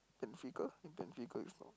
Benfica think Benfica is strong